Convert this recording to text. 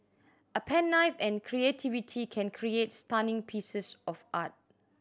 a pen knife and creativity can create stunning pieces of art